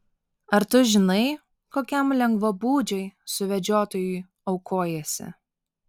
ar tu žinai kokiam lengvabūdžiui suvedžiotojui aukojiesi